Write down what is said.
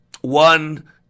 One